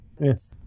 Yes